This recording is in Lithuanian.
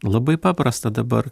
labai paprasta dabar